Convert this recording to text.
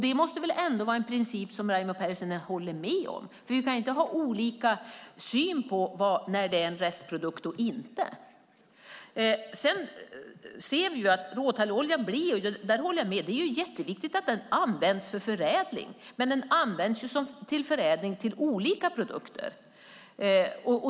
Det måste väl ändå vara en princip som Raimo Pärssinen håller med om? Vi kan ju inte ha olika syn på när något är en restprodukt och inte. Jag håller med om att det är jätteviktigt att råtalloljan används för förädling. Men den används ju för förädling till olika produkter.